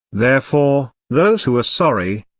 therefore, those who are sorry,